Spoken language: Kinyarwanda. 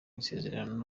isezerano